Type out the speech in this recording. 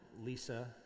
Lisa